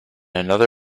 another